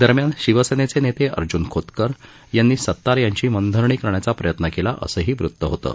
दरम्यान शिवसेनेचे नेते अर्ज्न खोतकर यांनी सतार यांची मनधरणी करण्याचा प्रयत्न केला असंही वृत होतं